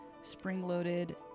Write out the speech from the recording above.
spring-loaded